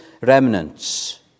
remnants